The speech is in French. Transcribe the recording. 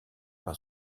par